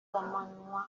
amanywa